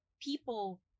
people